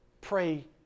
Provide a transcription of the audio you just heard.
pray